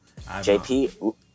JP